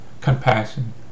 compassion